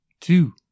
Two